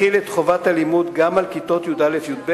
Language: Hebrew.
החיל את חובת הלימוד גם על כיתות י"א-י"ב,